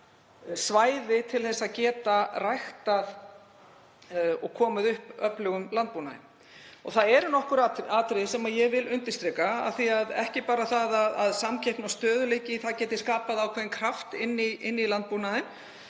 svæði til að geta ræktað og komið upp öflugum landbúnaði. Það eru nokkur atriði sem ég vil undirstrika, ekki bara það að samkeppnin og stöðugleikinn geti skapað ákveðinn kraft inn í landbúnaðinn